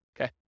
Okay